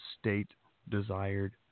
state-desired